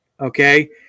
okay